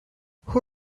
who